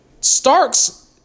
Starks